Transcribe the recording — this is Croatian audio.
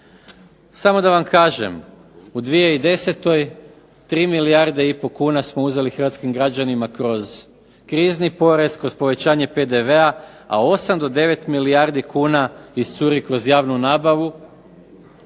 Samo da vam kažem u 2010. 3 milijarde i pol kuna smo uzeli hrvatskim građanima kroz krizni porez, kroz povećanje PDV-a, a 8 do 9 milijardi kuna iscuri kroz javnu nabavu